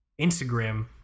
instagram